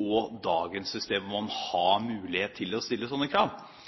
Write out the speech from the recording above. og dagens system, hvor man har mulighet til å stille slike krav.